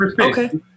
Okay